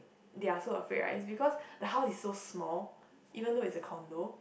they are so afraid right is because the house is so small even though it's a condo